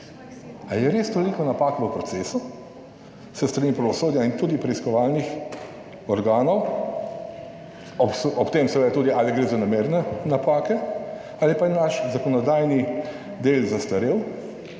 je res toliko napak v procesu s strani pravosodja in tudi preiskovalnih organov, ob tem seveda tudi ali gre za namerne napake, ali pa je naš zakonodajni del zastarel,